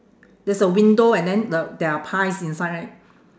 there's a window and then the there are pies inside right